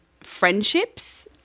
friendships